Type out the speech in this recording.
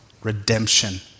Redemption